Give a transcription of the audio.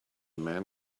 man